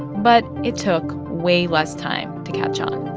but it took way less time to catch on